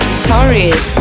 stories